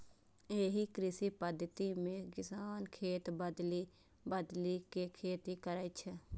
एहि कृषि पद्धति मे किसान खेत बदलि बदलि के खेती करै छै